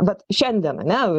vat šiandien ane